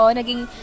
naging